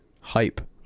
hype